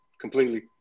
completely